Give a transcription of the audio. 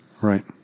Right